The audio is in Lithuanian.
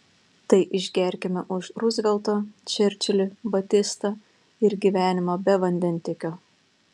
tai išgerkime už ruzveltą čerčilį batistą ir gyvenimą be vandentiekio